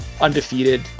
Undefeated